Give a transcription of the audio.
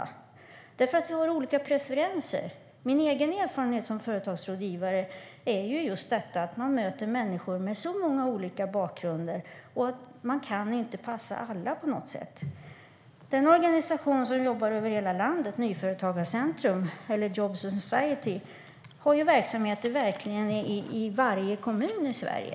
Det är därför att vi har olika preferenser. Min egen erfarenhet som företagsrådgivare är att man möter människor med många olika bakgrunder och att man inte kan passa alla. Den organisation som jobbar över hela landet, Nyföretagarcentrum eller Svenska Jobs and Society, har verksamhet i varje kommun i Sverige.